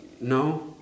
No